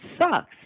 sucks